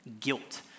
guilt